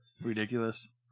ridiculous